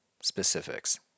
specifics